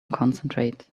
concentrate